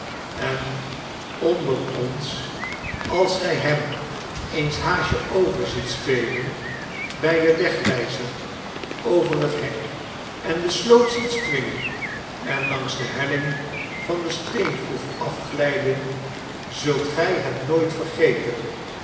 en onder ons als gij hem eens haasjeover ziet spelen bij den wegwijzer over het hek en de sloot ziet springen en langs de helling van de steengroef afglijden zult gij het nooit vergeten